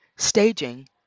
staging